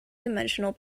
dimensional